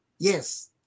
Yes